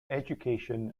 education